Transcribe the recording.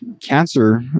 cancer